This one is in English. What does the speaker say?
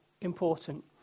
important